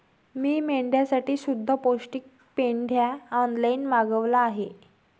मी मेंढ्यांसाठी शुद्ध पौष्टिक पेंढा ऑनलाईन मागवला आहे